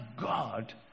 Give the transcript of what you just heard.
God